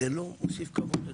לא מוסיף כבוד?